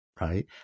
right